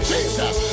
Jesus